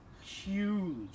Huge